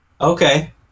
Okay